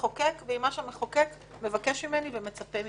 המחוקק ועם מה שהמחוקק מבקש ממני ומצפה ממני.